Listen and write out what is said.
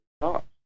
stop